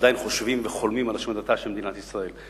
שעדיין חושבים וחולמים על השמדתה של מדינת ישראל.